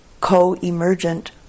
co-emergent